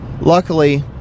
luckily